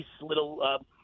little –